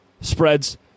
Spreads